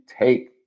take